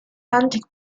antique